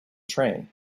train